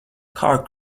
car